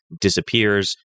disappears